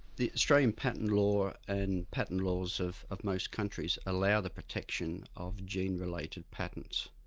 the australian patent law and patent laws of of most countries, allow the protection of gene-related patents,